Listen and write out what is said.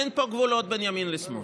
אין פה גבולות בין ימין לשמאל.